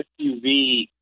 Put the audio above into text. SUV